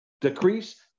decrease